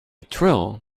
trill